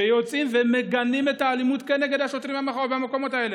שיוצאים ומגנים את האלימות נגד השוטרים במקומות האלה,